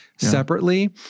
separately